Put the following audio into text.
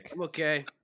okay